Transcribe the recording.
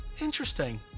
Interesting